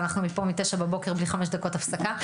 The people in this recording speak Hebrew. ואנחנו פה מתשע בבוקר בלי חמש דקות הפסקה.